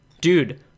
dude